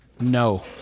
No